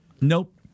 Nope